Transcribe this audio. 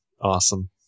awesome